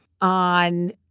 on